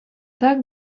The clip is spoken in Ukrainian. так